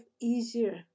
easier